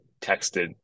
texted